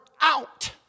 out